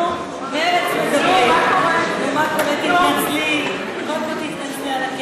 מרצ מדברים, תתנצלי, קודם תתנצלי על,